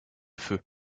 feu